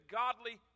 godly